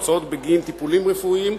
הוצאות בגין טיפולים רפואיים,